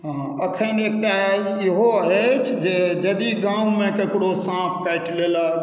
हँ एखन एकटा इहो अछि जे यदि गाममे ककरो साँप काटि लेलक